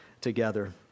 together